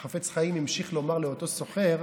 החפץ חיים המשיך לומר לאותו סוחר,